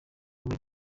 muri